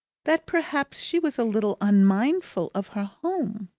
that perhaps she was a little unmindful of her home.